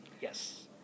Yes